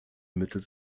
mittels